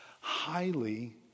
highly